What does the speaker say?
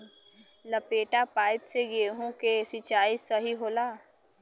लपेटा पाइप से गेहूँ के सिचाई सही होला?